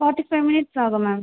forty five minutes ஆகும் ma'am